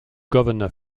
governor